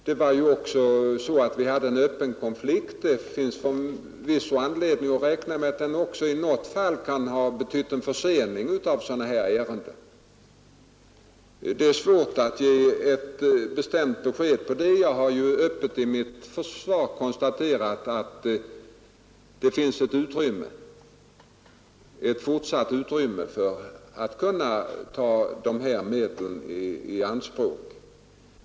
Det förekom även en öppen konflikt och den kan förvisso i några fall ha betytt en försening av låneärendena. Det är svårt att ge ett bestämt besked på den punkten. Jag har emellertid i mitt svar klart konstaterat att det fortfarande finns utrymme för lån av det här slaget.